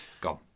gone